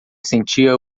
sentia